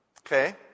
Okay